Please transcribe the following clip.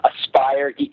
aspire